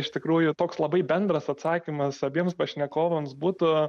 iš tikrųjų toks labai bendras atsakymas abiems pašnekovams būtų